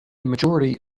majority